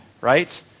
right